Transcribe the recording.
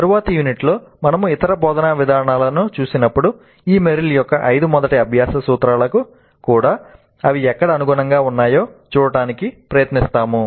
తరువాతి యూనిట్లలో మనము ఇతర బోధనా విధానాలను చూసినప్పుడు ఈ మెర్రిల్ యొక్క ఐదు మొదటి అభ్యాస సూత్రాలకు కూడా అవి ఎక్కడ అనుగుణంగా ఉన్నాయో చూడటానికి ప్రయత్నిస్తాము